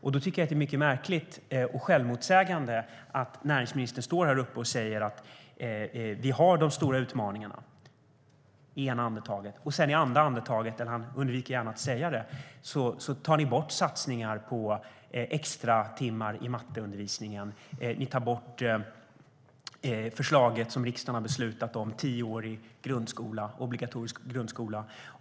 Då tycker jag att det är mycket märkligt och självmotsägande att näringsministern står här uppe och säger att vi har de stora utmaningarna och att ni sedan tar bort satsningar på extratimmar i matteundervisningen. Ni tar bort det förslag som riksdagen har beslutat om som handlar om en tioårig obligatorisk grundskola.